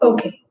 Okay